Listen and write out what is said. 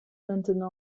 maintenant